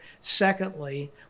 Secondly